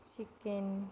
chicken